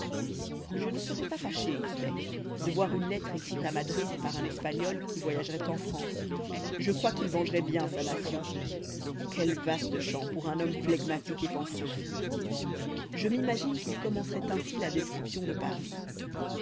je ne serois pas fâché usbek de voir une lettre écrite à madrid par un espagnol qui voyageroit en france je crois qu'il vengeroit bien sa nation quel vaste champ pour un homme flegmatique et pensif je m'imagine qu'il commenceroit ainsi la description de paris